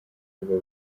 ubwo